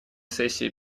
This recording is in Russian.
сессии